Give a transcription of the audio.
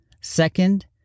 Second